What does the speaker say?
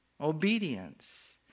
Obedience